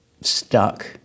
stuck